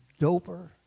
doper